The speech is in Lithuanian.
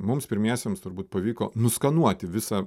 mums pirmiesiems turbūt pavyko nuskanuoti visą